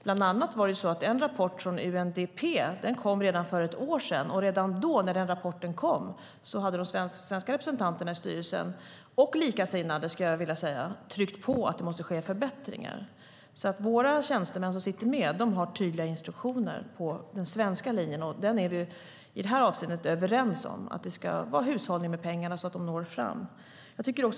Bland annat kom det en rapport från UNDP för ett år sedan, och redan när den rapporten kom hade de svenska representanterna i styrelsen, och likasinnade skulle jag vilja säga, tryckt på att det måste ske förbättringar. Våra tjänstemän, de som sitter med där, har tydliga instruktioner om den svenska linjen, och den är vi i det här avseendet överens om, nämligen att man ska hushålla med pengarna så att de når fram.